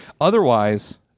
otherwise